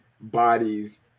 bodies